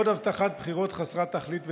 עוד הבטחת בחירות חסרת תכלית ותועלת.